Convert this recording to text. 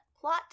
plot